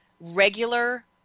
regular